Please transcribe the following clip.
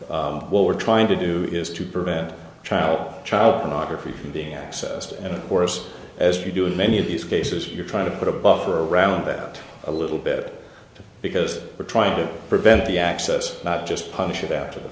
what we're trying to do is to prevent child child pornography from being accessed and of course as you do in many of these cases you're trying to put a buffer around that a little bit because we're trying to prevent the access not just punish it after the